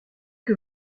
que